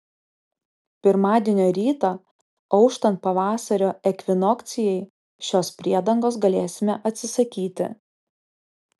pirmadienio rytą auštant pavasario ekvinokcijai šios priedangos galėsime atsisakyti